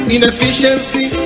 Inefficiency